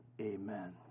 Amen